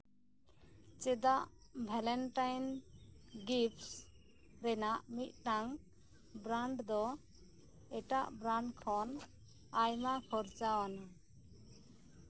ᱪᱮᱫᱟᱜ valentines gift ᱨᱮᱭᱟᱜ ᱢᱤᱫᱴᱟᱱ ᱵᱨᱟᱱᱰ ᱫᱚ ᱮᱴᱟᱜ ᱵᱨᱟᱱᱰ ᱠᱷᱚᱱ ᱟᱭᱢᱟ ᱠᱷᱚᱨᱪᱟ ᱟᱱᱟ